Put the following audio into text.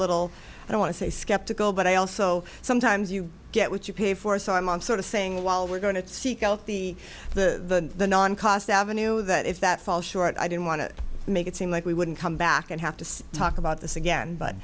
little i want to say skeptical but i also sometimes you get what you pay for so i'm sort of saying well we're going to seek out the the the non cost avenue that if that fall short i don't want to make it seem like we wouldn't come back and have to talk about this again but